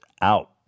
out